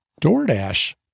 DoorDash